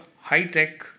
high-tech